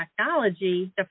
technology